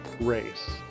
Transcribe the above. race